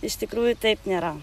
iš tikrųjų taip nėra